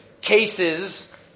cases